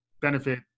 benefit